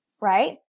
right